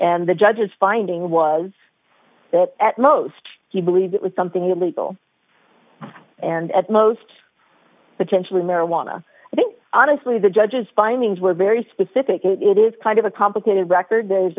and the judge's finding was that at most he believed it was something illegal and at most potentially marijuana i think honestly the judge's findings were very specific it is kind of a complicated record